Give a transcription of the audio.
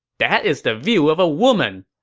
that is the view of a woman!